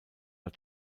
war